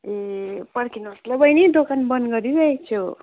ए पर्खिनुहोस् ल बहिनी दोकान बन्द गरिराख्छु